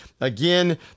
Again